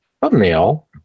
thumbnail